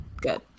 good